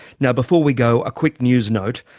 now before we go a quick news note.